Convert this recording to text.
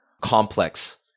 complex